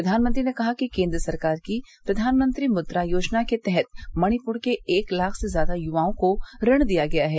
प्रधानमंत्री ने कहा कि केंद्र सरकार की प्रधानमंत्री मुद्रा योजना के तहत मणिपुर के एक लाख से ज्यादा युवाओं को ऋण दिया गया है